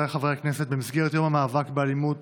חבריי חברי הכנסת, במסגרת יום המאבק באלימות